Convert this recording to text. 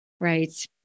Right